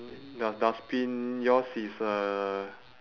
then the dustbin yours is uh